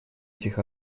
этих